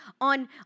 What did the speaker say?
on